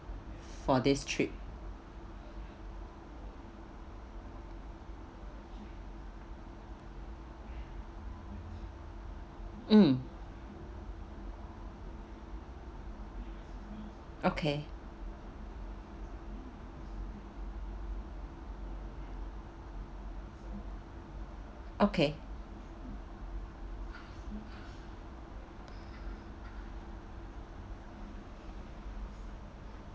for this trip mm okay okay